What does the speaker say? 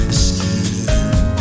skin